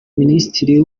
minisitiri